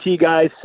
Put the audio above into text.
guys